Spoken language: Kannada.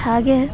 ಹಾಗೆ